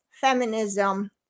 feminism